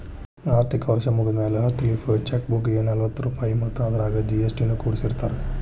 ಆರ್ಥಿಕ ವರ್ಷ್ ಮುಗ್ದ್ಮ್ಯಾಲೆ ಹತ್ತ ಲೇಫ್ ಚೆಕ್ ಬುಕ್ಗೆ ನಲವತ್ತ ರೂಪಾಯ್ ಮತ್ತ ಅದರಾಗ ಜಿ.ಎಸ್.ಟಿ ನು ಕೂಡಸಿರತಾರ